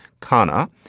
kana